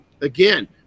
Again